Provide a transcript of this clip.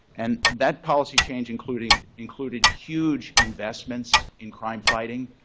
and that policy change included included huge investments in crime fighting,